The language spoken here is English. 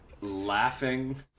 laughing